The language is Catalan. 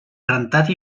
rentat